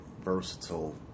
versatile